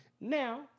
Now